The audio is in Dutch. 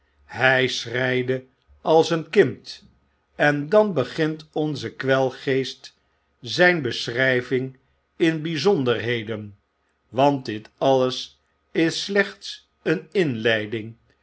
hij schreide als een kind en dan begint onze kwelgeest zijn beschry ving in byzonderheden want dit alles is slechts een inleiding